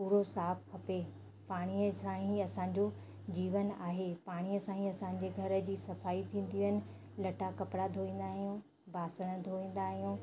पूरो साफ़ खपे पाणीअ सां ई असांजो जीवन आहे पाणीअ सां ई असांजे घर जी सफ़ाई थींदियूं आहिनि लट्टा कपिड़ा धोईंदा आहियूं बासण धोईंदा आहियूं